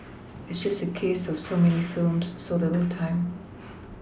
it's just a case of so many films so little time